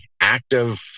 active